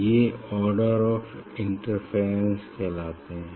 ये order of interference कहलाते हैं